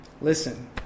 listen